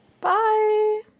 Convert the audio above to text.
Bye